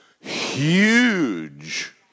huge